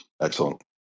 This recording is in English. Excellent